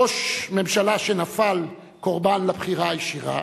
ראש ממשלה שנפל קורבן לבחירה הישירה,